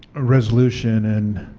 ah resolution in